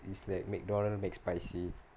is like Mcdonald's mac spicy